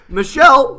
Michelle